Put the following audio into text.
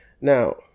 now